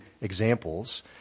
examples